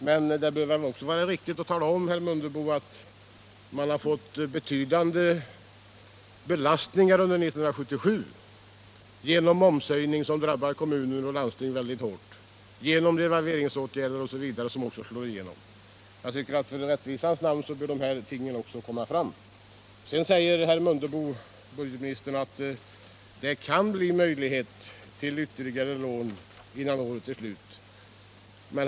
Men det hade väl också, herr Mundebo, varit riktigt att tala om att det blivit betydande belastningar under 1977, exempelvis genom momshöjningen som drabbar kommuner och landsting mycket hårt och genom devalveringen som slår igenom. I rättvisans namn bör sådant nämnas. Nr 29 Sedan sade budgetministern att det kan bli ytterligare lån, innan året Torsdagen den är slut.